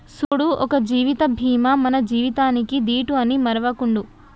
సూడు ఒక జీవిత బీమా మన జీవితానికీ దీటు అని మరువకుండు